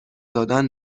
دادن